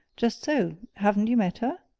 just so haven't you met her?